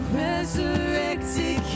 resurrected